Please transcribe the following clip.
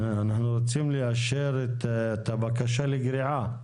אנחנו רוצים לאשר את הבקשה לגריעה,